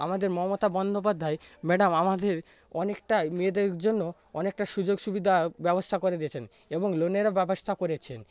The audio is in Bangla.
আমাদের মমতা বন্দ্যোপাধ্যায় ম্যাডাম আমাদের অনেকটাই মেয়েদের জন্য অনেকটা সুযোগ সুবিধার ব্যবস্থা করে দিয়েছেন এবং লোনেরও ব্যবস্থা করেছেন